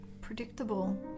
predictable